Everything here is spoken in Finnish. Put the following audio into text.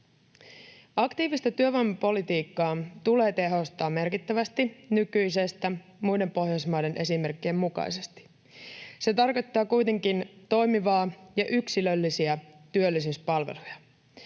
Aktiivista työvoimapolitiikkaa tulee tehostaa merkittävästi nykyisestä muiden Pohjoismaiden esimerkkien mukaisesti. Se tarkoittaa kuitenkin toimivia ja yksilöllisiä työllisyyspalveluja,